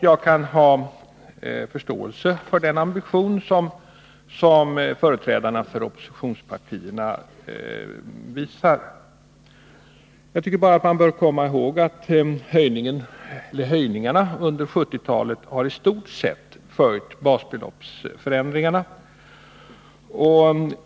Jag kan ha förståelse för den ambition som företrädarna för oppositionspartierna visar. Jag tycker bara att man bör komma ihåg att höjningarna under 1970-talet i stort sett följt basbeloppsförändringarna.